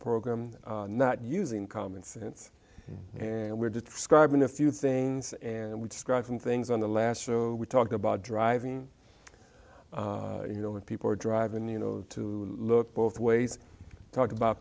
program not using common sense and we're describing a few things and we describe them things on the last show we talk about driving you know when people are driving you know to look both ways talk about